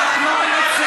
מה זה הדבר הזה?